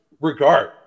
regard